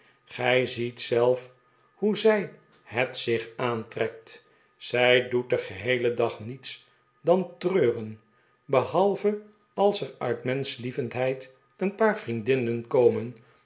gij ziet zelf hoe zij het zich aantrekt zij doet den geheelen dag niets dan treuren behalve als er uit menschlievendheid een paar vriendinnen komen